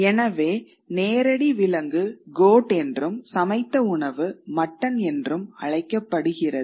எனவே நேரடி விலங்கு கோட் என்றும் சமைத்த உணவு மட்டன் என்றும் அழைக்கப்படுகிறது